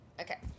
Okay